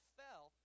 fell